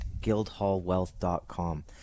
guildhallwealth.com